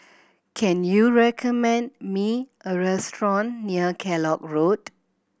can you recommend me a restaurant near Kellock Road